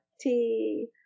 tea